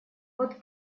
вот